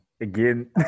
Again